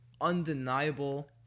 undeniable